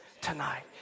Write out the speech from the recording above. tonight